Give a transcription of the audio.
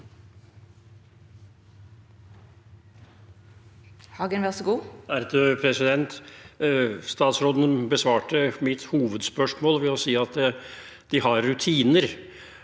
Statsråden besvarte mitt hovedspørsmål ved å si at de har rutiner,